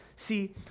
See